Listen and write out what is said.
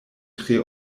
tre